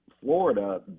Florida